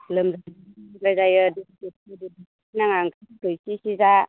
लोमजानाय जायो दै गुसुफोरजों दुगै नाङा ओंखामफोरखौ एसे एसे जा